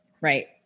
Right